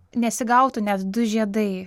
nesigautų net du žiedai